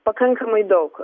pakankamai daug